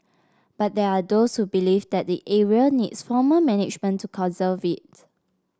but there are those who believe that the area needs formal management to conserve it